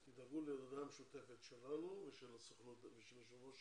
אני מבקש שתדאגו להודעה משותפת שלנו ושל יושב ראש